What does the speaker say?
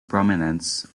prominence